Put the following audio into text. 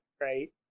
right